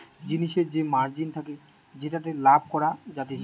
জিনিসের যে মার্জিন থাকে যেটাতে লাভ করা যাতিছে